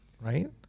Right